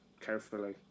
carefully